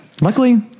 luckily